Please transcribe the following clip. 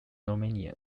romania